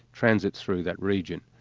transits through that region.